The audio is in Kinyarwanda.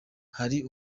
hari